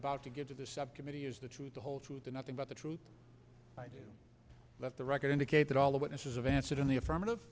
about to get to the subcommittee is the truth the whole truth and nothing but the truth i do let the record indicate that all the witnesses of answered in the affirmative